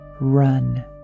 Run